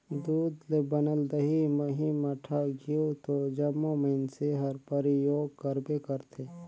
दूद ले बनल दही, मही, मठा, घींव तो जम्मो मइनसे हर परियोग करबे करथे